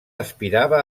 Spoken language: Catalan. aspirava